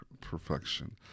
perfection